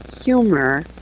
humor